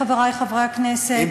חברי חברי הכנסת,